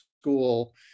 school